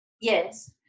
Yes